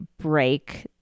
break